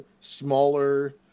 smaller